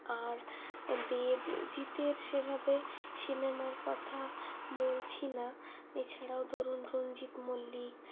আর দেব জিতের সেভাবে সিনেমার কথা বলছি না এছাড়াও ধরুন রঞ্জিত মল্লিক